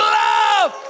love